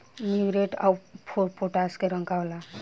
Muriate of potash के रंग का होला?